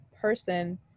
person